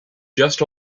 just